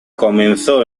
comenzó